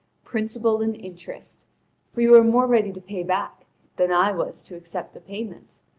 principal and interest for you were more ready to pay back than i was to accept the payment.